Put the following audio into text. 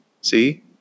See